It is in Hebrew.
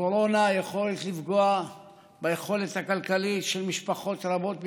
לקורונה יש יכולת לפגוע ביכולת הכלכלית של משפחות רבות בישראל,